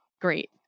great